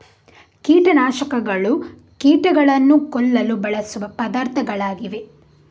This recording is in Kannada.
ಕೀಟ ನಾಶಕಗಳು ಕೀಟಗಳನ್ನು ಕೊಲ್ಲಲು ಬಳಸುವ ಪದಾರ್ಥಗಳಾಗಿವೆ